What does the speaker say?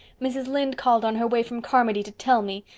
mrs. lynde called on her way from carmody to tell me.